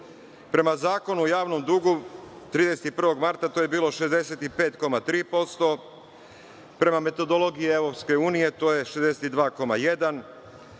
Prema Zakonu o javnom dugu, 31. marta to je bilo 65,3%, prema metodologiji EU to je 62,1%,